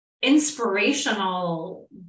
inspirational